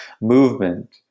movement